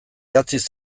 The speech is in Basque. idatziz